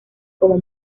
como